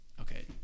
Okay